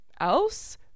else